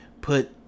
put